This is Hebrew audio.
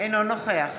אינו נוכח